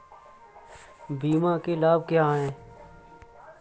बीमा के लाभ क्या हैं?